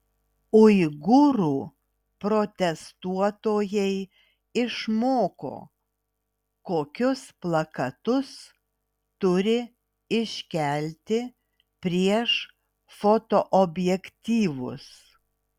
uigūrų protestuotojai išmoko kokius plakatus turi iškelti prieš fotoobjektyvus